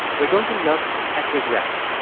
we're going to look at regret,